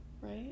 right